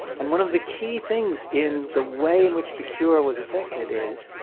and one of the key things in the way in which the cure was affected is